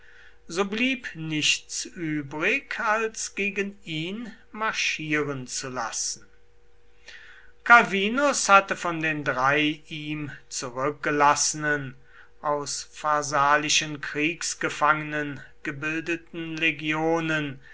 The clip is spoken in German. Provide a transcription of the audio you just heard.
so blieb nichts übrig als gegen ihn marschieren zu lassen calvinus hatte von den drei ihm zurückgelassenen aus pharsalischen kriegsgefangenen gebildeten legionen